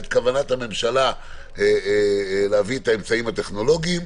את כוונת הממשלה להביא את האמצעים הטכנולוגיים.